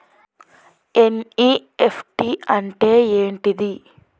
NEFT అంటే ఏంటిది?